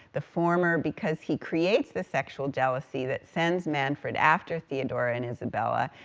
the former because he creates the sexual jealousy that sends manfred after theodore and isabella,